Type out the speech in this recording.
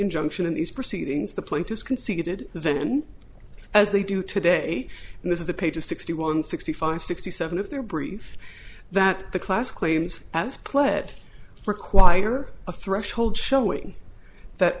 injunction in these proceedings the point is conceded then as they do today and this is a page a sixty one sixty five sixty seven if their brief that the class claims as pled require a threshold showing that